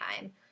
time